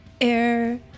Air